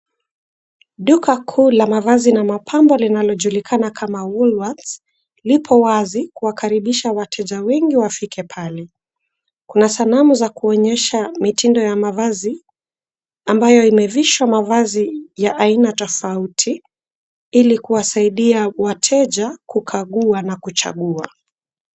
Duka kuu la mavazi na mapambo linalojilikana kama Woolworths lipo wazi kuwakaribisha wateja wengi wafike pale. Kuna sanamu ya kuonesha mitindo ya mavazi ambayo imevishwa mavazi ya aina tofauti ili kuwasaidia wateja kukagua na kuchagua.